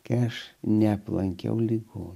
kai aš neaplankiau liko